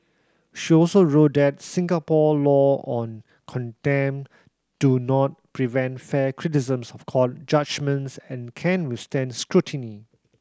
she also wrote that Singapore law on contempt do not prevent fair criticisms of court judgements and can withstand scrutiny